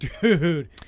dude